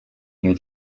near